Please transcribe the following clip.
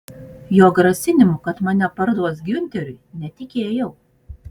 jo grasinimu kad mane parduos giunteriui netikėjau